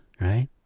right